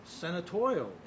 senatorial